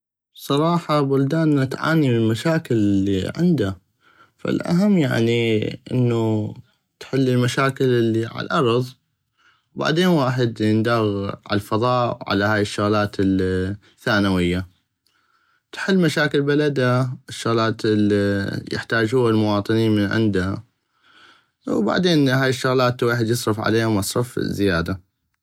بصراحة بلدانا تعاني من مشاكل الي عندا فالاهم يعني انو تحل المشاكل الي على الارض وبعدين ويحد ينداغ على الفضاء وعلى هاي الشغلات الثانوية تحل مشاكل بلدا الشغلات الي يحتاجوها المواطنين من عندا وبعدين هاي الشغلات يصرف عليها مصرف زيادة.